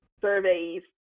surveys